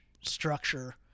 structure